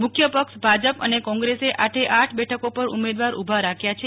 મુખ્ય પક્ષ ભાજપ અને કોંગ્રેસે આઠે આઠ બેઠકો પર ઉમેદવાર ઉભા રાખ્યા છે